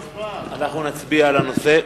נצביע על הנושא.